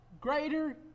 greater